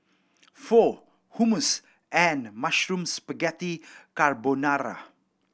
Pho Hummus and Mushroom Spaghetti Carbonara